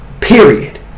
Period